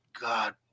God